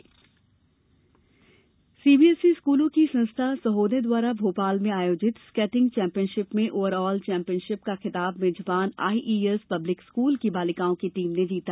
खेल skating CBSE स्कूलों की संस्था सहोदय द्वारा भोपाल में आयोजित स्केटिंग चैंपियनशिप में ओवरऑल चैंपियनशिप का खिताब मेजबान आईईएस पब्लिक स्कूल की बालिकाओं की टीम ने जीता